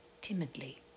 timidly